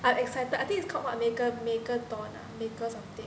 I'm excited I think it's called what mega megalodon ah mega something